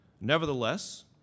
Nevertheless